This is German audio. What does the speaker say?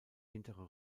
hintere